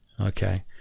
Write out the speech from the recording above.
Okay